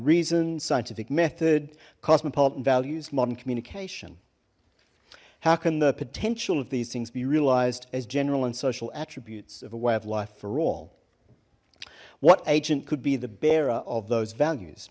reason scientific method cosmopolitan values modern communication how can the potential of these things be realized as general and social attributes of a way of life for all what agent could be the bearer of those values